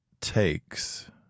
takes